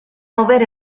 mover